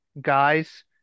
guys